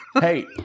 Hey